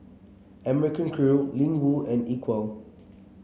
American Crew Ling Wu and Equal